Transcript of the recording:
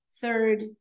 third